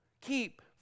keep